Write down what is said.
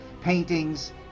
paintings